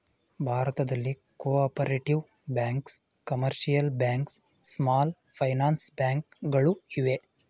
ಭಾರತದಲ್ಲಿ cooperative banks, commercial banks, small finance bank ಗಳು ಇವೆ